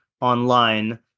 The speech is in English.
online